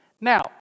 Now